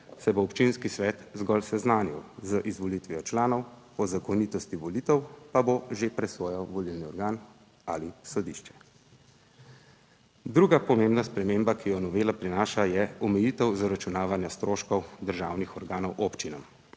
se bo občinski svet zgolj seznanil z izvolitvijo članov, o zakonitosti volitev pa bo že presojal volilni organ ali sodišče. Druga pomembna sprememba, ki jo novela prinaša je omejitev zaračunavanja stroškov državnih organov občinam.